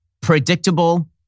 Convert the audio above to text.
predictable